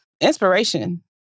inspiration